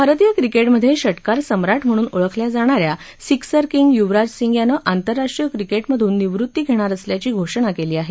भारतीय क्रिकेटमध्ये षटकार सम्राट म्हणून ओळखल्या जाणाऱ्या सिक्सर किंग यूवराज सिंग यानं आंतरराष्ट्रीय क्रिकेटमधून निवृती घेणार असल्याची घोषणा केली आहे